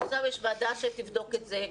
אז עכשיו יש ועדה שתבדוק את זה,